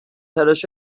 تلاش